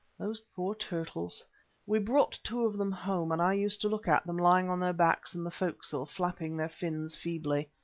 those poor turtles we brought two of them home, and i used to look at them lying on their backs in the forecastle flapping their fins feebly.